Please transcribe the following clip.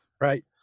right